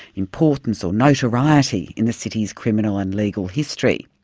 importance or notoriety in the city's criminal and legal history.